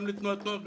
גם לתנועת נוער,